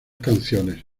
canciones